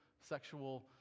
sexual